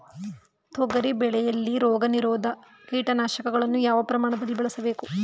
ತೊಗರಿ ಬೆಳೆಯಲ್ಲಿ ರೋಗನಿರೋಧ ಕೀಟನಾಶಕಗಳನ್ನು ಯಾವ ಪ್ರಮಾಣದಲ್ಲಿ ಬಳಸಬೇಕು?